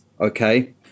okay